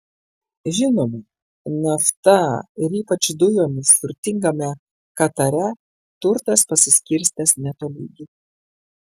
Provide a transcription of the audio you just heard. žinoma nafta ir ypač dujomis turtingame katare turtas pasiskirstęs netolygiai